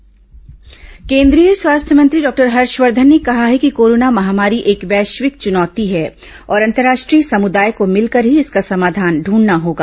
स्वास्थ्य मंत्री अपील केंद्रीय स्वास्थ्य मंत्री डॉक्टर हर्षवर्धन ने कहा है कि कोरोना महामारी एक वैश्विक चुनौती है और अंतर्राष्ट्रीय समुदाय को मिलकर ही इसका समाधान ढंढना होगा